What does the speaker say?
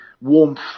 warmth